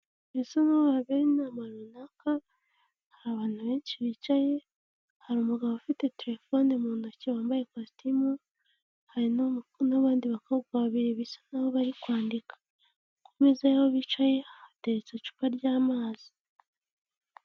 Birasa nkaho habereye inama runaka, hari abantu benshi bicaye, hari umugabo ufite telefone mu ntoki wambaye ikositimu, hari n'abandi bakobwa babiri bisa naho bari kwandika. Ku meza y'aho bicaye hateretse icupa ry'amazi.